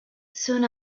soon